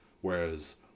Whereas